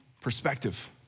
perspective